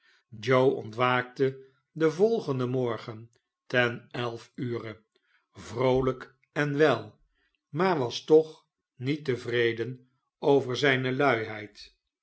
joe ontwaakte den volgenden morgen ten elf ure vroolijk en wel maar was toch niet tevreden over zijne luiheid